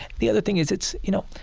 the other thing is it's, you know,